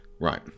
Right